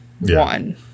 one